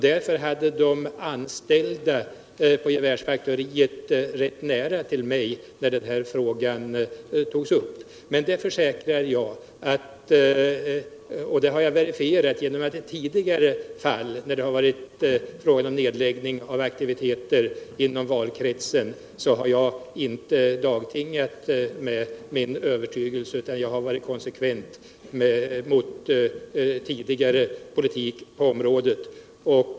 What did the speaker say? Därför hade de anställda på gevärsfaktoriet rätt nära till mig när denna fråga togs upp. Men jag försäkrar — och det har jag verifierat tidigare när det varit fråga om nedläggning av aktiviteter inom valkretsen — att jag inte har dagtingat med min övertygelse utan har varit konsekvent i förhållande till tidigare politik på området.